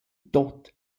tuot